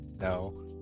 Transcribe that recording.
No